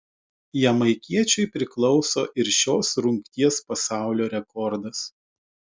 jamaikiečiui priklauso ir šios rungties pasaulio rekordas